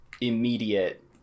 immediate